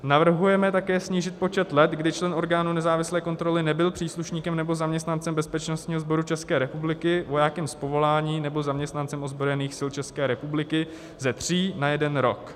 Navrhujeme snížit počet let, kdy člen orgánu nezávislé kontroly nebyl příslušníkem nebo zaměstnancem bezpečnostního sboru České republiky, vojákem z povolání nebo zaměstnancem ozbrojených sil České republiky ze tří na jeden rok.